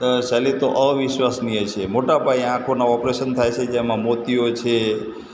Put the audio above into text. અ શૈલી તો અવિશ્વનિય છે મોટાપાયે આંખોનાં ઓપરેશન થાય છે જેમાં મોતિયો છે